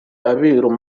abiru